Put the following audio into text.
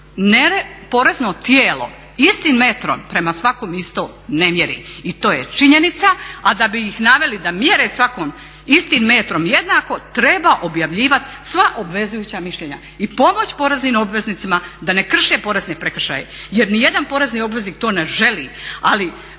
Ali porezno tijelo istim metrom prema svakom istom ne mjeri i to je činjenica, a da bi ih naveli da mjere svakom istim metrom jednako treba objavljivati sva obvezujuća mišljenja i pomoći poreznim obveznicima da ne krše porezne prekršaje jer ni jedan porezni obveznik to ne želi. Ali